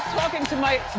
talking to my dj,